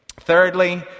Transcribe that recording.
Thirdly